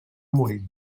morir